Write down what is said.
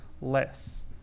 less